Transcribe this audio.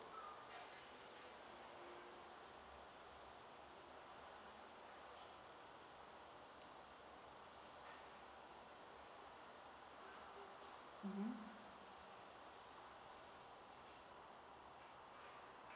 mmhmm